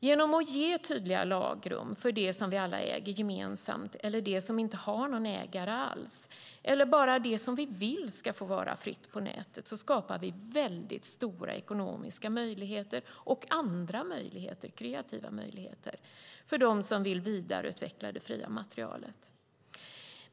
Genom att ge tydliga lagrum för det som vi alla äger gemensamt eller det som inte har någon ägare alls eller bara det som vi vill ska vara fritt på nätet skapar vi stora ekonomiska och andra möjligheter, kreativa sådana, för dem som vill vidareutveckla det fria materialet.